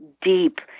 deep